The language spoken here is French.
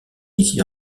ici